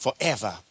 forever